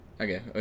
Okay